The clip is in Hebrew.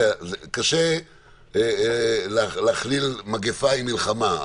קשה להכליל מגפה עם מלחמה,